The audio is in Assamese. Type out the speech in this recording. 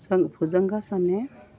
জং জংঘাসনে